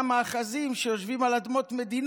אנחנו נוכל להכשיר חלק מהמאחזים שיושבים על אדמות מדינה.